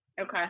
Okay